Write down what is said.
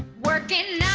workin